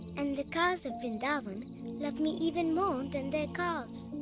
and the cows of vrindavan love me even more than their calves.